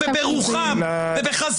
בגופם, בנפשם, ברוחם ובחזונם.